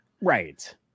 Right